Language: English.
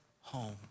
home